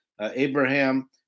Abraham